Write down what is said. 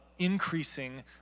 increasing